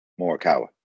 morikawa